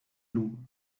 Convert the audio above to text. lugo